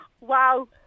Wow